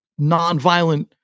nonviolent